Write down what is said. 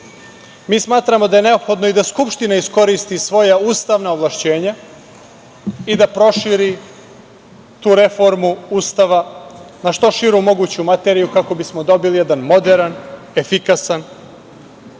smatramo da je neophodno i da Skupština iskoristi svoja ustavna ovlašćenja i da proširi tu reformu Ustava na što širu moguću materiju, kako bismo dobili jedan moderan, efikasan,